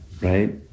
right